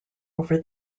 over